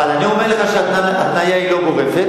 אבל אני אומר לך שההתניה לא גורפת.